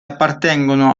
appartengono